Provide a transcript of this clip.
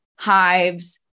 hives